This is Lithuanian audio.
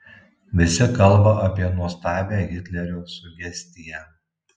visi kalba apie nuostabią hitlerio sugestiją